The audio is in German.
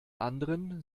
anderen